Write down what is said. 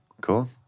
Cool